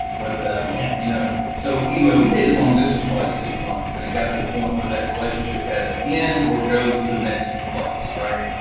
but man, you know so anyway, we dated long distance for like six months, and it got to a point where that relationship had to end or go to the next place, right?